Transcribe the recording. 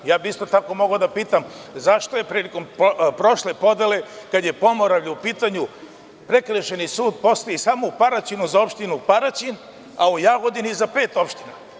Isto tako bih mogao da pitam – zašto je prilikom prošle podele kada je Pomoravlje u pitanju prekršajni sud postojao samo u Paraćinu za opštinu Paraćin, a u Jagodini za pet opština?